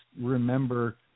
remember